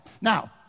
Now